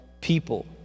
people